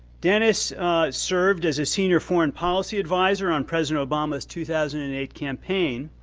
dennis serveds as a senior former policy advisor on president obama's two thousand and eight campaigned,